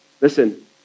Listen